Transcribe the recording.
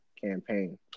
campaign